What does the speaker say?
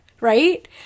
right